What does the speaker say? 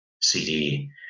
CD